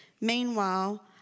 Meanwhile